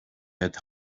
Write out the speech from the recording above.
had